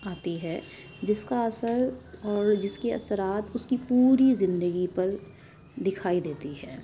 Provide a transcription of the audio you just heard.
آتی ہے جس کا اثر اور جس کے اثرات اُس کی پوری زندگی پر دکھائی دیتی ہے